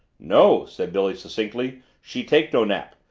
no, said billy succinctly. she take no nap.